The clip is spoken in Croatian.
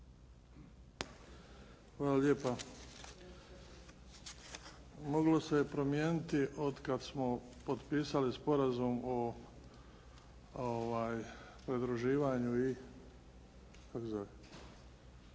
Hvala lijepa. Moglo se promijeniti otkad smo potpisali Sporazum o pridruživanju i,